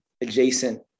adjacent